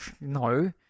no